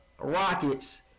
Rockets